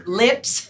lips